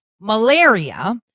malaria